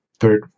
third